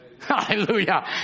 hallelujah